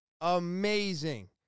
Amazing